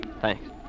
Thanks